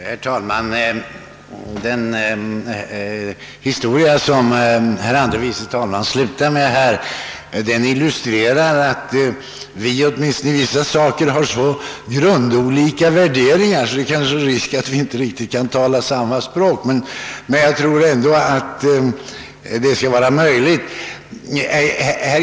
Herr talman! Den historia som herr andre vice talmannen slutade med illustrerar att vi åtminstone i vissa saker har så olika värderingar, att risk kanske föreligger för att vi inte riktigt kan tala samma språk. Men jag tror ändå att detta skall vara möjligt här.